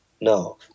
No